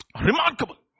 Remarkable